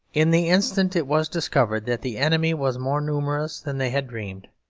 in the instant it was discovered that the enemy was more numerous than they had dreamed.